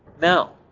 Now